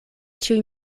ĉiuj